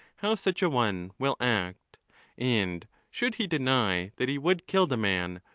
how such a one will act and should he deny that he would kill the man,